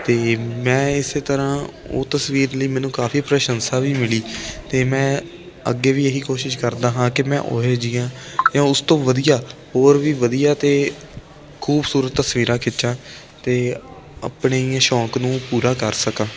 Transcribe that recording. ਅਤੇ ਮੈਂ ਇਸੇ ਤਰ੍ਹਾਂ ਉਹ ਤਸਵੀਰ ਲਈ ਮੈਨੂੰ ਕਾਫੀ ਪ੍ਰਸ਼ੰਸਾ ਵੀ ਮਿਲੀ ਅਤੇ ਮੈਂ ਅੱਗੇ ਵੀ ਇਹੀ ਕੋਸ਼ਿਸ਼ ਕਰਦਾ ਹਾਂ ਕਿ ਮੈਂ ਉਹੇ ਜਿਹੀਆਂ ਜਾਂ ਉਸ ਤੋਂ ਵਧੀਆ ਹੋਰ ਵੀ ਵਧੀਆ ਅਤੇ ਖੂਬਸੂਰਤ ਤਸਵੀਰਾਂ ਖਿੱਚਾਂ ਅਤੇ ਆਪਣੇ ਇਹ ਸ਼ੌਂਕ ਨੂੰ ਪੂਰਾ ਕਰ ਸਕਾਂ